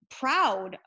proud